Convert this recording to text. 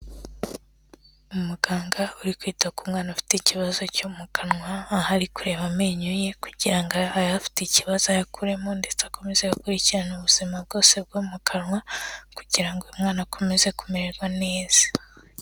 Umuganga uri kwita ku mwana ufite ikibazo cyo mu kanwa, aho ari kureba amenyo ye kugira ngoafite ikibazo ayakuremo ndetse akomeze gukurikirana ubuzima bwose bwo mu kanwa, kugira ngo umwana akomeze kumererwa neza.